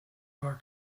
are